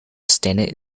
senate